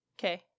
okay